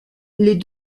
les